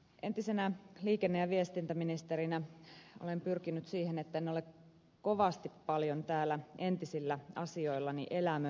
entisenä liikenne ja viestintäministerinä olen pyrkinyt siihen että en ole kovin paljon täällä entisillä asioillani elämöinyt